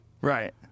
right